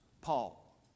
Paul